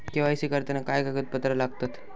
KYC करताना काय कागदपत्रा लागतत?